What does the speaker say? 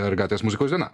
ar gatvės muzikos diena